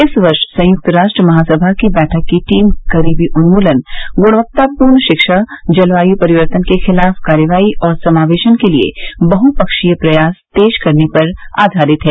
इस वर्ष संयुक्त राष्ट्र महासभा की बैठक की टीम गरीबी उन्मूलन गुणवत्तापूर्ण शिक्षा जलवायु परिवर्तन के खिलाफ कार्रवाई और समावेशन के लिए बहप्कीय प्रयास तेज करने पर आधारित है